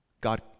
God